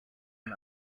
and